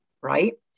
right